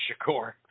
Shakur